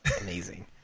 amazing